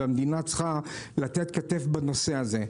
והמדינה צריכה לתת כתף בנושא הזה.